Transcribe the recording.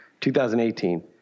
2018